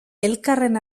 elkarren